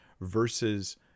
versus